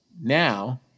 Now